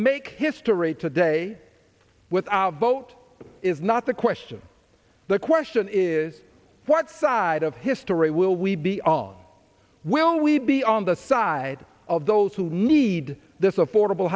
make history today with our vote is not the question the question is what side of history will we be on will we be on the side of those who need this affordable